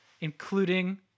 including